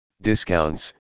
discounts